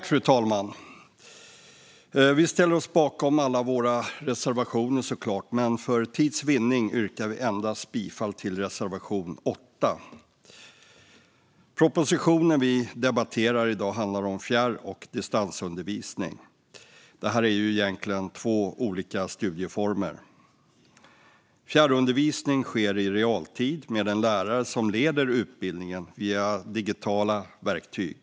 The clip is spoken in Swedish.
Fru talman! Vi ställer oss såklart bakom alla våra reservationer, men för tids vinnande yrkar jag bifall endast till reservation 8. Propositionen vi debatterar handlar om fjärr och distansundervisning. Detta är egentligen två olika studieformer. Fjärrundervisning sker i realtid med en lärare som leder utbildningen via digitala verktyg.